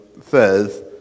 says